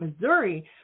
Missouri